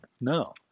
No